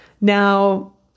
Now